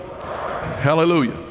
Hallelujah